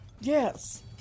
Yes